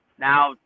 now